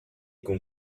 cun